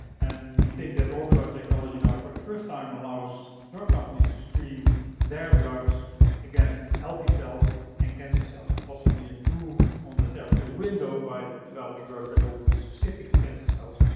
and we think that organoid technology now, for the first time, allows drug companies to screen their drugs against healthy cells and cancer cells, and possibly improve on the therapeutic window by developing drugs that will be specific to cancer cells,